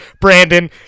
brandon